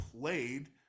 played